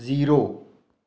zero